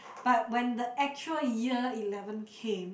but when the actual year eleven came